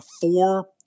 four